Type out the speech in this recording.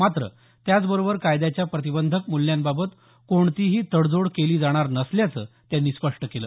मात्र त्याचबरोबर कायद्याच्या प्रतिबंधक मूल्यांबाबत कोणतीही तडजोड केली जाणार नसल्याचं त्यांनी स्पष्ट केलं